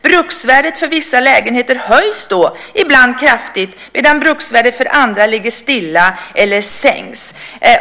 Bruksvärdet för vissa lägenheter höjs då ibland kraftigt medan bruksvärdet för andra ligger stilla eller sänks.